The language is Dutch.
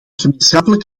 gemeenschappelijk